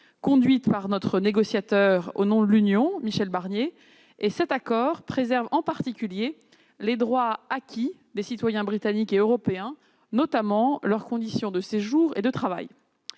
conduites par le négociateur en chef au nom de l'Union, Michel Barnier. Cet accord préserve en particulier les droits acquis des citoyens britanniques et européens, notamment leurs conditions de séjour et de travail.